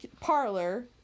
parlor